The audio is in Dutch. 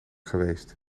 geweest